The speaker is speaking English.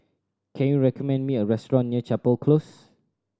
can you recommend me a restaurant near Chapel Close